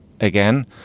again